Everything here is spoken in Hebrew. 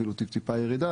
אפילו טיפונת ירידה,